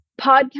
podcast